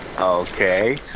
Okay